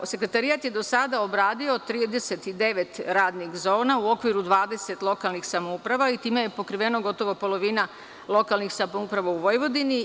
Sekretarijat je do sada obradio 39 radnih zona u okviru 20 lokalnih samouprava i time je pokrivena gotovo polovina lokalnih samouprava u Vojvodini.